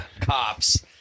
cops